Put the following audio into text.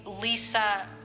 Lisa